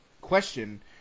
question